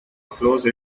close